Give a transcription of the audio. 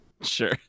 sure